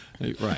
Right